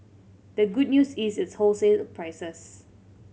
the good news is its wholesale prices